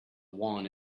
one